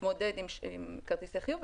נתמודד עם כרטיסי חיוב,